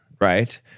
right